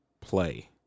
play